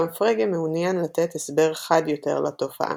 אולם פרגה מעוניין לתת הסבר חד יותר לתופעה.